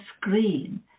screen